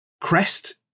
crest